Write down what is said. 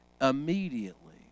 immediately